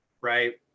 Right